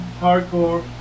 hardcore